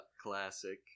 classic